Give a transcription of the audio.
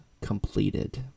completed